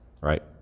Right